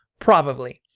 probably.